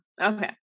Okay